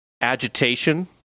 agitation